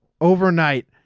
overnight